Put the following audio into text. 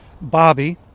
Bobby